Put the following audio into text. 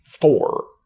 four